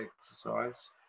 exercise